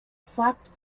slap